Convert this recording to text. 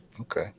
okay